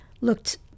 looked